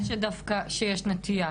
אני מופתעת לשמוע שיש נטייה,